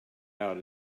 out